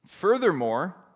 Furthermore